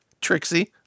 Trixie